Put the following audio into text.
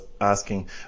asking